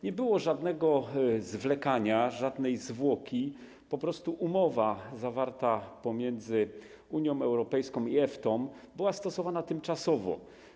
Nie było żadnego zwlekania, żadnej zwłoki, po prostu umowa zawarta pomiędzy Unią Europejską i EFTA była stosowana tymczasowo.